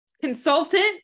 consultant